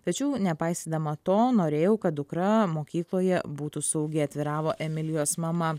tačiau nepaisydama to norėjau kad dukra mokykloje būtų saugi atviravo emilijos mama